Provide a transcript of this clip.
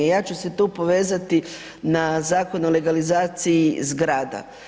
Ja ću se tu povezati na Zakon o legalizaciji zgrada.